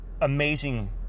amazing